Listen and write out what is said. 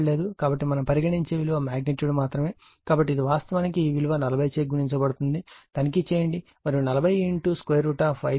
కాబట్టి మనం పరిగణించే విలువ మాగ్నిట్యూడ్ మాత్రమే కాబట్టి ఇది వాస్తవానికి ఈ విలువ 40 చే గుణించబడుతుంది తనిఖీ చేయండి మరియు 40 5231